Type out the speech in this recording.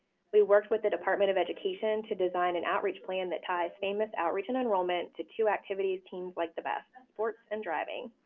we worked with the department of education to design an outreach plan that ties famis outreach and enrollment to two activities teens like the best sports and driving.